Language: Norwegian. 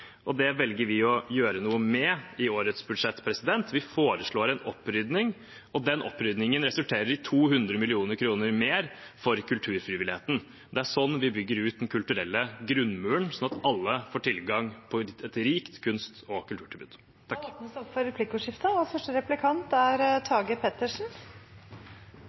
salderingspost. Det velger vi å gjøre noe med i årets budsjett. Vi foreslår en opprydning, og den opprydningen resulterer i 200 mill. kr mer til kulturfrivilligheten. Det er slik vi bygger ut den kulturelle grunnmuren, slik at alle får tilgang på et rikt kunst- og kulturtilbud. Det blir replikkordskifte. Regjeringspartiene er opptatt av å stimulere til flere private investeringer og